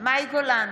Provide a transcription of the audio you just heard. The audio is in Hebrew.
מאי גולן,